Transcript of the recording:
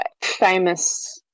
famous